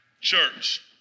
church